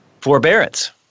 forbearance